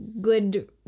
good